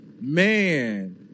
Man